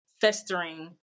festering